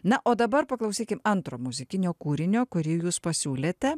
na o dabar paklausykim antro muzikinio kūrinio kurį jūs pasiūlėte